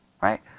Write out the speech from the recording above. Right